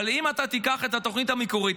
אבל אם אתה תיקח את התוכנית המקורית,